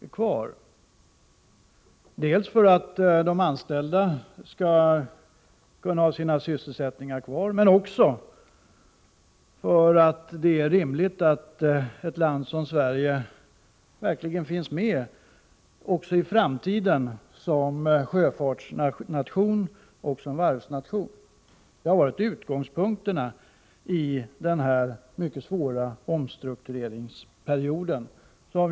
Vi har gjort detta dels för att de anställda skall kunna ha sina sysselsättningar kvar, dels därför att det är rimligt att ett land som Sverige verkligen finns med också i framtiden som sjöfartsnation och varvsnation. Det har varit utgångspunkten under denna mycket svåra omstruktureringsperiod.